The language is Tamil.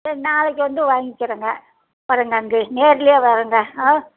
சரி நாளைக்கு வந்து வாங்கிக்கிறேங்க வரேங்க அங்கே நேரரிலையே வரேங்க ஆ